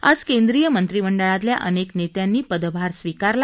आज केंद्रीय मंत्रिमंडळातल्या अनेक नेत्यांनी पदभार स्वीकारला